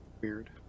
Weird